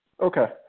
Okay